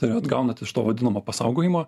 tai atgaunat iš to vadinamo pasaugojimo